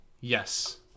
yes